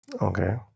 Okay